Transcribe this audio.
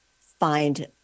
find